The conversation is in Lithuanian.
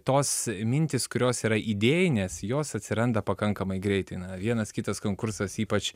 tos mintys kurios yra idėjinės jos atsiranda pakankamai greitai na vienas kitas konkursas ypač